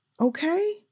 Okay